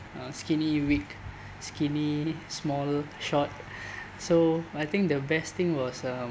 uh skinny weak skinny small short so I think the best thing was uh